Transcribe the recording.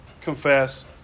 confess